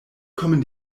kommen